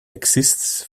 exists